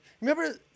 remember